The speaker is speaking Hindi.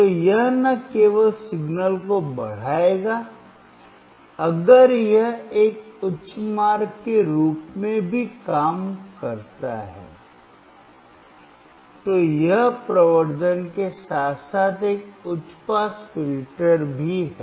तो यह न केवल सिग्नल को बढ़ाएगा अगर यह एक उच्च मार्ग के रूप में भी काम करता है तो यह प्रवर्धन के साथ साथ एक उच्च पास फिल्टर है